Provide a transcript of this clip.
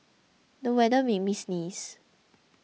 the weather made me sneeze